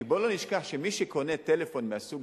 כי בוא לא נשכח שמי שקונה טלפון מהסוג